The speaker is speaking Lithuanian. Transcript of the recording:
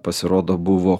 pasirodo buvo